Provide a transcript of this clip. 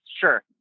Sure